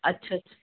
अच्छा अच्छा